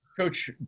Coach